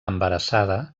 embarassada